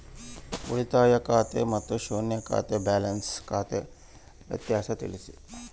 ಉಳಿತಾಯ ಖಾತೆ ಮತ್ತೆ ಶೂನ್ಯ ಬ್ಯಾಲೆನ್ಸ್ ಖಾತೆ ವ್ಯತ್ಯಾಸ ತಿಳಿಸಿ?